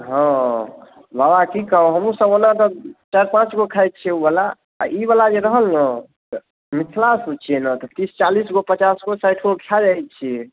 हँ बाबा की कहू हमहुँ सब ओना तऽ पाँच गो खाइत छियै ओ बला ई बला जे रहल ने तऽ मिथिलासँ छियै ने तऽ तीस चालीस गो पचास गो साठि गो खाय जाइत छियै